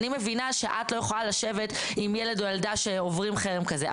אני מבינה שאת לא יכולה לשבת עם ילדה או ילדה שעוברים חרם כזה.